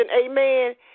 amen